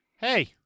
Hey